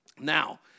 Now